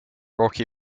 rocky